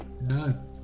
No